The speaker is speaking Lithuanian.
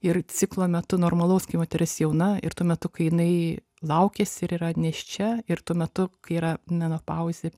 ir ciklo metu normalaus kai moteris jauna ir tuo metu kai jinai laukiasi ir yra nėščia ir tuo metu kai yra menopauzė